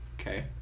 Okay